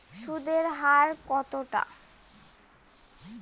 সুদের হার কতটা?